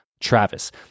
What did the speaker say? Travis